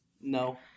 No